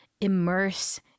immerse